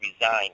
resign